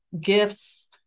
gifts